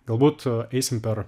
galbūt eisim per